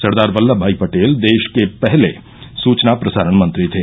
सरदार वल्लमभाई पटेल देश के पहले सुचना प्रसारण मंत्री थे